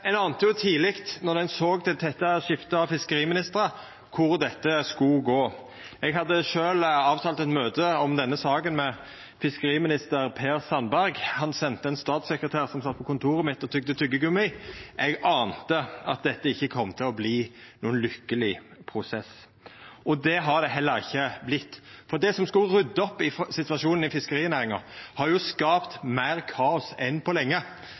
Ein ante jo tidleg, når ein såg det tette skiftet av fiskeriministrar, kvar dette skulle gå. Eg hadde sjølv avtalt eit møte om denne saka med fiskeriminister Per Sandberg – han sende ein statssekretær som sat på kontoret mitt og togg tyggegummi. Eg ante at dette ikkje kom til å verta nokon lykkeleg prosess. Det har det heller ikkje vorte, for det som skulle rydda opp i situasjonen i fiskerinæringa, har skapt meir kaos enn på lenge.